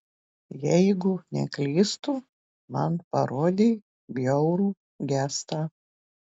jeigu neklystu man parodei bjaurų gestą